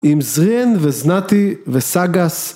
עם זרןיי וזנטי וסגאס